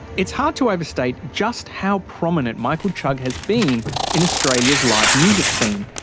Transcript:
it's hard to overstate just how prominent michael chugg has been in australia's live music scene.